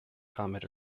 comet